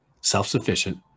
self-sufficient